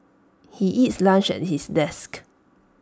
he eats lunch at his desk